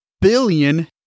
billion